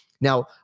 Now